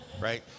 right